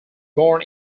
born